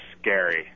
scary